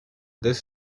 this